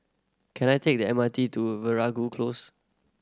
can I take the M R T to Veeragoo Close